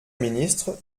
ministre